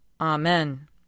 Amen